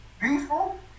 Peaceful